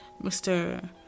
Mr